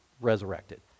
resurrected